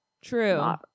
true